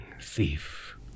Thief